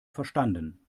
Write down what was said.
verstanden